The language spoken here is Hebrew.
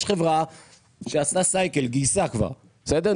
יש חברה שעשתה סייקל גייסה כבר בסדר?